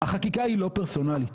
החקיקה היא לא פרסונלית,